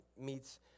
meets